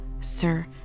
sir